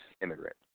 immigrant